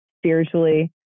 spiritually